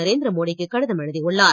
நரேந்திர மோடி க்கு கடிதம் எழுதியுள்ளார்